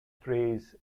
phrase